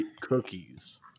cookies